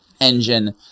engine